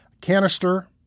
canister